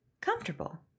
comfortable